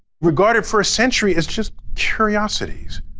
regarded for a century as just curiosities.